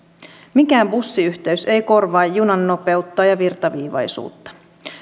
mikään bussiyhteys ei korvaa junan nopeutta ja virtaviivaisuutta